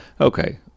okay